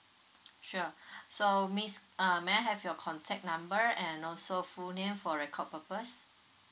sure so miss uh may I have your contact number and also full name for record purpose